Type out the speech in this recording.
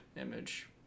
image